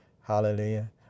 hallelujah